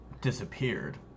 disappeared